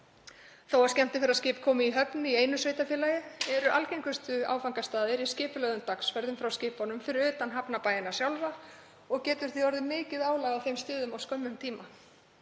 Þó að skemmtiferðaskip komi í höfn í einu sveitarfélagi eru algengustu áfangastaðir í skipulögðum dagsferðum frá skipunum fyrir utan hafnarbæina sjálfa og getur því orðið mikið álag á þeim stöðum á skömmum tíma.